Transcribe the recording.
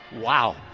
Wow